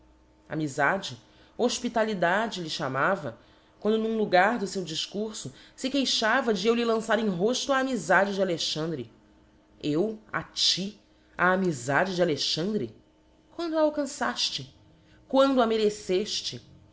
amizade hofpitalidade lhe chamava quando n'um logar do feu difcurfo fe queixava de lhe eu lançar em roílo a amizade de alexandre eu a ti a amizade de alexandre quando a alcançafte quando a merecefte